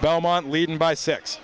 belmont leading by six